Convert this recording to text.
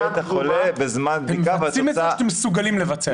בבית החולה בזמן בדיקה --- אתם מבצעים את זה או שאתם מסוגלים לבצע?